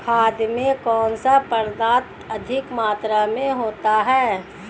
खाद में कौन सा पदार्थ अधिक मात्रा में होता है?